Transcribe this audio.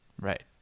Right